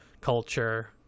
culture